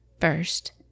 first